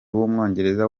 w’umwongereza